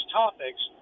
topics